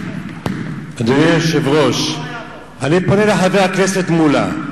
אדוני היושב-ראש, אני פונה לחבר הכנסת מולה: